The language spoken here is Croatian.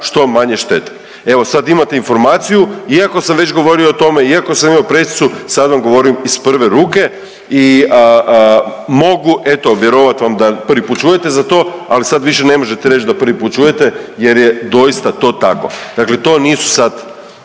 što manje štete. Evo, sad imate informaciju iako sam već govorio o tome, iako sam imao presicu, sad vam govorim iz prve ruke i mogu eto, vjerovat vam da prvi put čujete za to, ali sad više ne možete reći da prvi put čujete jer je doista to tako. Dakle to nisu sad